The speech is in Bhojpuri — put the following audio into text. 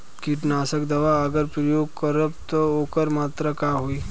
कीटनाशक दवा अगर प्रयोग करब त ओकर मात्रा का होई?